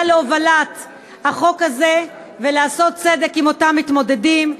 בהובלת החוק הזה ובעשיית צדק עם אותם מתמודדים,